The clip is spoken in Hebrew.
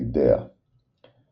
Stenotritidae